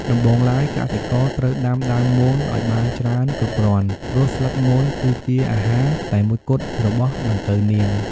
ដំបូងឡើយ កសិករត្រូវដាំដើមមនឲ្យបានច្រើនគ្រប់គ្រាន់ ព្រោះស្លឹកមនគឺជាអាហារតែមួយគត់របស់ដង្កូវនាង។